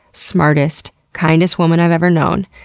smartest, kindest woman i've ever known,